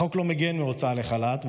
החוק לא מגן מהוצאה לחל"ת,